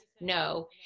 no